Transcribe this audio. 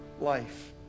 life